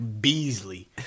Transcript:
Beasley